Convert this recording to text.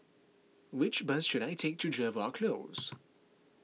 which bus should I take to Jervois Close